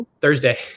Thursday